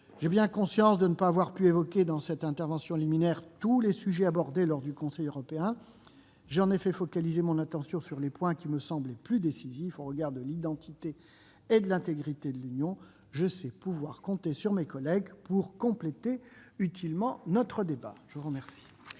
J'ai bien conscience de ne pas avoir pu évoquer, dans cette intervention liminaire, tous les sujets abordés lors du dernier Conseil européen. J'ai en effet focalisé mon attention sur les points qui me semblent les plus décisifs au regard de l'identité et de l'intégrité de l'Union européenne. Je sais pouvoir compter sur mes collègues pour compléter utilement notre débat. La parole